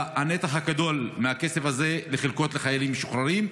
הנתח הגדול מהכסף הזה היה לחלקות לחיילים משוחררים,